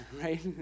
right